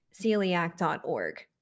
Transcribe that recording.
celiac.org